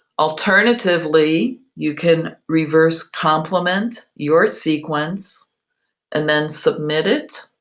alternatively, you can reverse complement your sequence and then submit it,